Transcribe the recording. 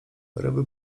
ryby